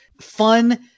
fun